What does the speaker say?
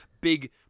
big